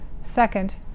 Second